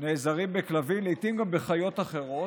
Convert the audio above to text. נעזרים גם בכלבים ולעיתים גם בחיות אחרות,